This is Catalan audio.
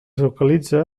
localitza